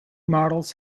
models